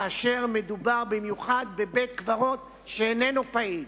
בעיקר כאשר מדובר בבית-קברות שאיננו פעיל.